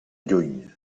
lluny